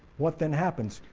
what then happens?